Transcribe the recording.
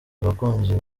abakunzi